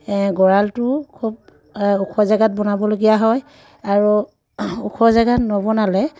গঁৰালটো খুব ওখ জেগাত বনাবলগীয়া হয় আৰু ওখ জেগাত নবনালে